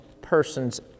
person's